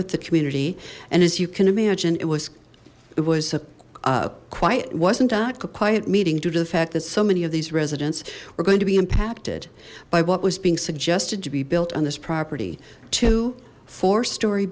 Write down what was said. with the community and as you can imagine it was it was a quiet wasn't a quiet meeting due to the fact that so many of these residents were going to be impacted by what was being suggested to be built on this property two four stor